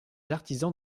artisans